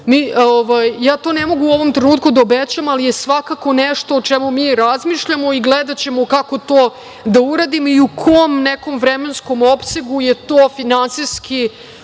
ne mogu da obećam, ali je svakako nešto o čemu mi razmišljamo i gledaćemo kako to da uradimo i u kom nekom vremenskom opsegu je to finansijski